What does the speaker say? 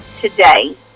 today